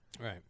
Right